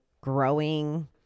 growing